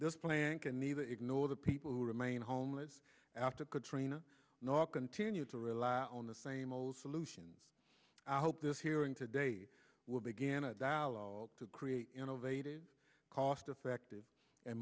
this plan can either ignore the people who remain homeless after katrina nor continue to rely on the same old solutions i hope this hearing today will begin a dialogue to create innovative cost effective and